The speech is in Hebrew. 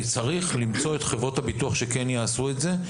צריך למצוא את חברות הביטוח שיעשו את זה.